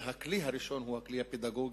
הכלי הראשון הוא הכלי הפדגוגי,